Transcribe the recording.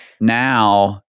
now